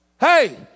Hey